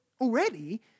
already